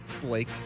Blake